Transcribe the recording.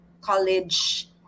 college